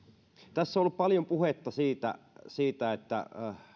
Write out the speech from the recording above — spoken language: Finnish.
tässä on ollut paljon puhetta siitä siitä